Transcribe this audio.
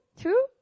two